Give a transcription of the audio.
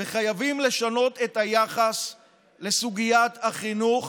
וחייבים לשנות את היחס לסוגיית החינוך